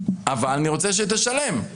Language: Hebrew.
אבל אני רוצה שתשלם.